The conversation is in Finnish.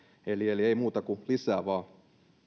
eli eli ei muuta kuin lisää vaan